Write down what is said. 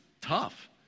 tough